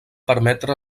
permetre